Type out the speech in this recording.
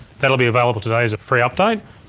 that will be available today as a free update.